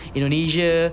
Indonesia